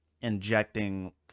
injecting